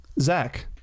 Zach